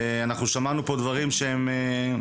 ואנחנו שמענו פה דברים קשים.